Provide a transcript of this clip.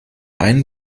einen